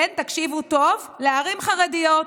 כן, תקשיבו טוב, לערים חרדיות.